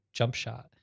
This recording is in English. JumpShot